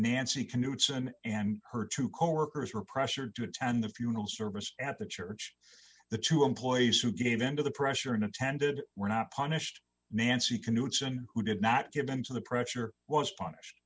nancy can do it's and and her two coworkers were pressured to attend the funeral service at the church the two employees who gave in to the pressure and attended were not punished nancy canoed son who did not give them to the pressure was punished